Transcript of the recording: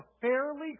fairly